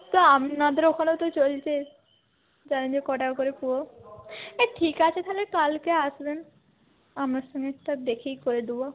তো আপনাদের ওখানেও তো চলছে জানি না ক টাকা করে পুয়ো এ ঠিক আছে তাহলে কালকে আসবেন আপনার সঙ্গে একটা দেখেই করে দেব